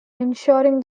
ensuring